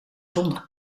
zonder